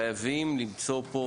חייבים למצוא לזה פתרון.